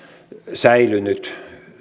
säilynyt